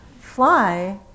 fly